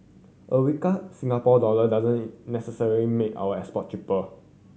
a weaker Singapore dollar doesn't necessarily make our export cheaper